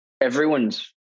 everyone's